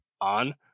on